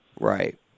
Right